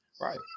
Right